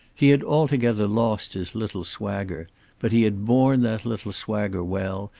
he had altogether lost his little swagger but he had borne that little swagger well,